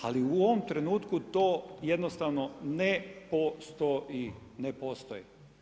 Ali u ovom trenutku to jednostavno ne postoji, ne postoji.